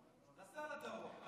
נסע לדרום.